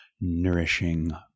nourishing